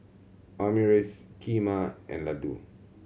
Omurice Kheema and Ladoo